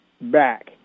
back